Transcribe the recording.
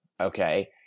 Okay